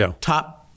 top